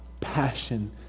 passion